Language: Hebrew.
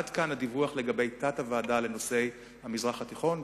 עד כאן הדיווח לגבי התת-ועדה לנושאי המזרח התיכון,